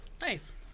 Nice